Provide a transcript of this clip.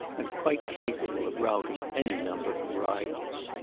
and quite capable of routing any number of rivals.